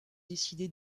décidé